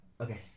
Okay